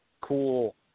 cool